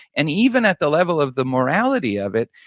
and even at the level of the morality of it,